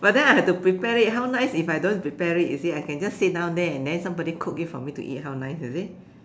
but then I have to prepare it how nice if I don't have to prepare it you see I can just sit down there and then somebody cook it for me to eat how nice you see